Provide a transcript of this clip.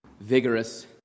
vigorous